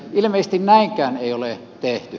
ilmeisesti näinkään ei ole tehty